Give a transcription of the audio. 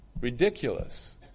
ridiculous